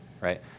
Right